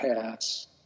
pass